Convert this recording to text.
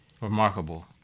Remarkable